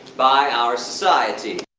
by our society.